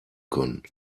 können